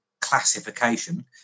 classification